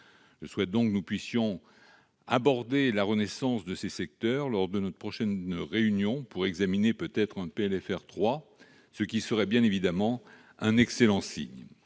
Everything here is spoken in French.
Je souhaite que nous puissions aborder la renaissance de ces secteurs lors de notre prochaine réunion, pour examiner un PLFR 3, ce qui serait bien évidemment un excellent signe.